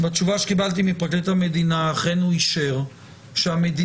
התשובה שקיבלתי מפרקליט המדינה היא שאכן הוא אישר שהמדיניות